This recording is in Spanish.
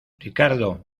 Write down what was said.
ricardo